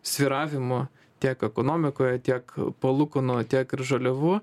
svyravimų tiek ekonomikoje tiek palūkanų tiek ir žaliavų